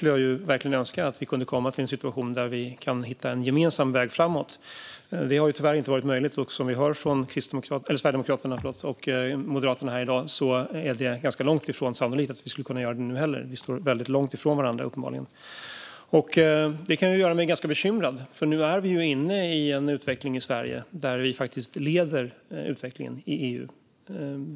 Jag önskar att vi kunde komma till en situation där vi kan hitta en gemensam väg framåt. Det har tyvärr inte varit möjligt, och som vi hör från Sverigedemokraterna och Moderaterna i dag är det inte sannolikt att vi kan göra det nu heller. Vi står uppenbarligen väldigt långt ifrån varandra. Det här gör mig bekymrad. Vi är inne i en utveckling i Sverige där vi leder utvecklingen i EU.